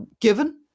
given